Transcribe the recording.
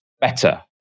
better